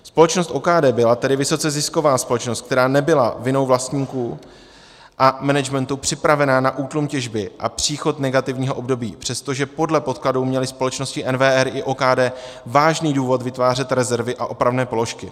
Společnost OKD byla tedy vysoce zisková společnost, která nebyla vinou vlastníků a managementu připravena na útlum těžby a příchod negativního období, přestože podle podkladů měly společnosti NWR i OKD vážný důvod vytvářet rezervy a opravné položky.